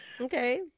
Okay